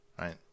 right